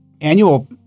annual